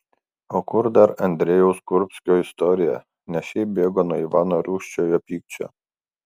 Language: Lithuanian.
o kur dar andrejaus kurbskio istorija ne šiaip bėgo nuo ivano rūsčiojo pykčio